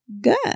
good